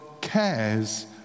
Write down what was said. cares